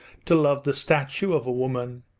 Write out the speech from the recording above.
to love the statue of a woman?